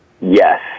yes